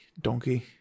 donkey